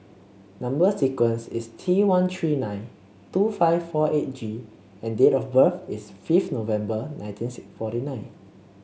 number sequence is T one three nine two five four eight G and date of birth is fifth November nineteen six forty nine